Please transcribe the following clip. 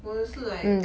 我也是 like